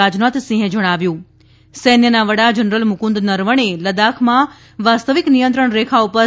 રાજનાથ સિંઘે જણાવ્યુ સૈન્યના વડા જનરલ મુકુંદ નરવણેએ લદાખ માં વાસ્તવિક નિયંત્રણ રેખા ઉપર